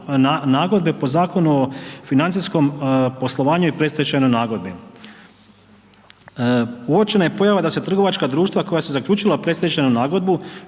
nagodbe po Zakonu o financijskom poslovanju i predstečajnoj nagodbi. Uočena je pojava da se trgovačka društva koja su zaključila predstečajnu nagodbu